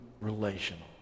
relational